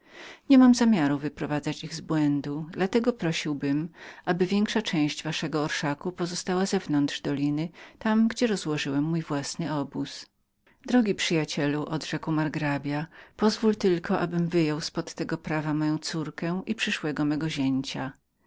że niemam przyczyny wyprowadzać ich z błędu dla tego prosiłbym nawet aby większa część waszego orszaku pozostała zewnątrz doliny tam gdzie roztasowałem mój własny obóz z największą chęcią odrzekł margrabia pozwól tylko abym wyjął z pod tego prawa moją córkę i przyszłego mego zięcia